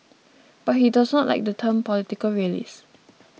but he does not like the term political realist